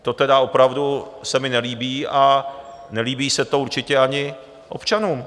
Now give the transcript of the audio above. To tedy opravdu se mi nelíbí a nelíbí se to určitě ani občanům.